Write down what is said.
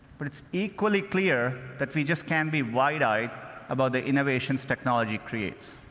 but it's equally clear that we just can't be wide-eyed about the innovations technology creates.